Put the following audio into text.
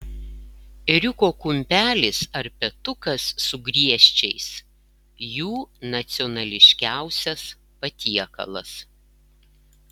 ėriuko kumpelis ar petukas su griežčiais jų nacionališkiausias patiekalas